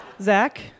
Zach